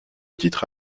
titre